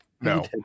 No